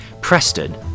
Preston